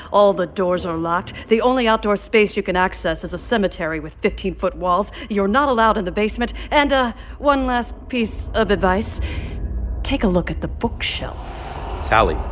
all the doors are locked. the only outdoor space you can access is a cemetery with fifteen foot walls. you're not allowed in the basement. and one last piece of advice take a look at the bookshelf sally,